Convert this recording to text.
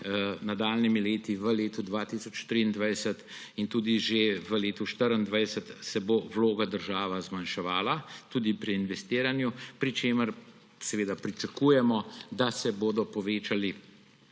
nadaljnjih letih, v letu 2023 in tudi že v letu 2024 se bo vloga država zmanjševala tudi pri investiranju, pri čemer pričakujemo, da se bodo povečale